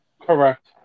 Correct